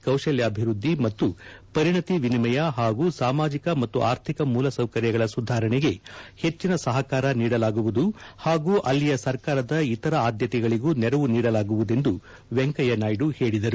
ಕೌಶಲ್ಯಾಭಿವೃದ್ದಿ ಮತ್ತು ಪರಿಣತಿ ವಿನಿಮಯ ಹಾಗೂ ಸಾಮಾಜಿಕ ಮತ್ತು ಆರ್ಥಿಕ ಮೂಲಸೌಕರ್ಯಗಳ ಸುಧಾರಣೆಗೆ ಹೆಚ್ಚನ ಸಹಕಾರ ನೀಡಲಾಗುವುದು ಹಾಗೂ ಅಲ್ಲಿಯ ಸರ್ಕಾರದ ಇತರ ಆದ್ಲತೆಗಳಿಗೂ ನೆರವು ನೀಡಲಾಗುವುದೆಂದು ವೆಂಕಯ್ಲನಾಯ್ಡು ಹೇಳಿದರು